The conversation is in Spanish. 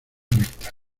recta